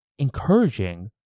encouraging